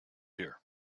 here